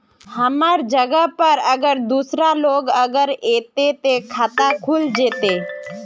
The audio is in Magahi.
हमर जगह पर अगर दूसरा लोग अगर ऐते ते खाता खुल जते?